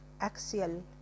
axial